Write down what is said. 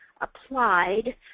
applied